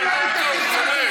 אני שואל אותך.